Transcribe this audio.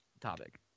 topic